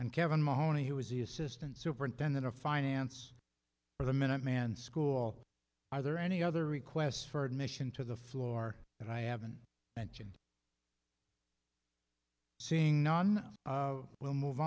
and kevin mahoney who was e assistant superintendent of finance for the minuteman school are there any other requests for admission to the floor and i haven't mentioned seeing none we'll move